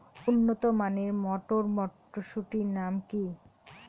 উন্নত মানের মটর মটরশুটির নাম?